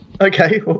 Okay